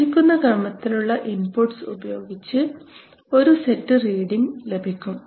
വർദ്ധിക്കുന്ന ക്രമത്തിലുള്ള ഇൻപുട്ട്സ് ഉപയോഗിച്ച് ഒരു സെറ്റ് റീഡിങ് ലഭിക്കും